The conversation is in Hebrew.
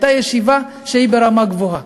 ישיבה ברמה גבוהה.